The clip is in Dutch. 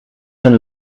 een